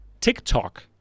Tiktok